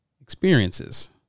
experiences